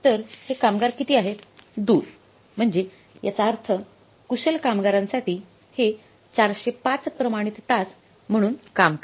तर हे कामगार किती आहेत 2 म्हणजे याचा अर्थ कुशल कामगारांसाठी हे 405 प्रमाणित तास म्हणून काम करते